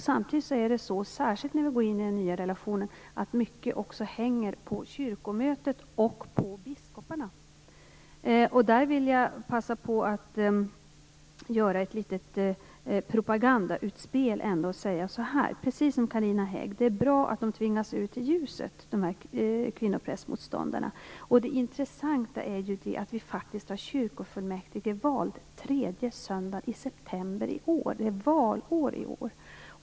Samtidigt är det så, särskilt när vi går in i den nya relationen, att mycket också hänger på kyrkomötet och på biskoparna. Här vill jag ändå passa på att göra ett litet propagandautspel och säga, precis som Carina Hägg sade, att det är bra att kvinnoprästmotståndarna tvingas ut i ljuset. Det intressanta är att det faktiskt är kyrkofullmäktigeval tredje söndagen i september i år. Det är valår i år.